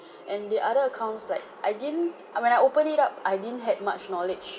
and the other accounts like I didn't I when I opened it up I didn't had much knowledge